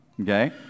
Okay